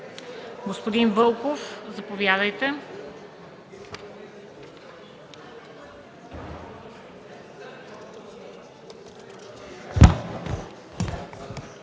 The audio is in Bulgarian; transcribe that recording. Господин Янев, заповядайте.